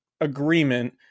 agreement